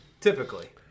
Typically